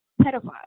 pedophile